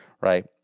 right